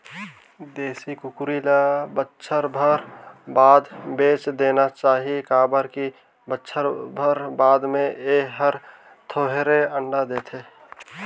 देसी कुकरी ल बच्छर भर बाद बेच देना चाही काबर की बच्छर भर बाद में ए हर थोरहें अंडा देथे